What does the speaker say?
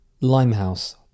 limehouse